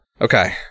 Okay